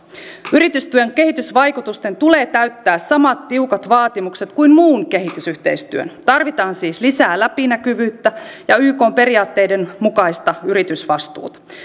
yritystuen kehitysvaikutusten tulee täyttää samat tiukat vaatimukset kuin muun kehitysyhteistyön tarvitaan siis lisää läpinäkyvyyttä ja ykn periaatteiden mukaista yritysvastuuta